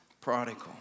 prodigal